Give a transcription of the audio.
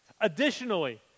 Additionally